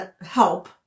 help